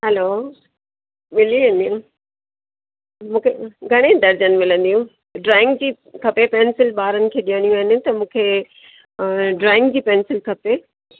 हलो मिली वेंदियूं मूंखे घणे दर्जन मिलंदियूं ड्रॉइंग जी खपे पेंसिल ॿारनि खे ॾियणियूं आहिनि त मूंखे ड्रॉइंग जी पेंसिल खपे